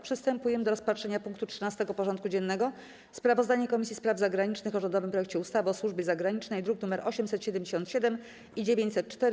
Przystępujemy do rozpatrzenia punktu 13. porządku dziennego: Sprawozdanie Komisji Spraw Zagranicznych o rządowym projekcie ustawy o służbie zagranicznej (druki nr 877 i 904)